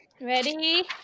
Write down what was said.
Ready